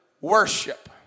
worship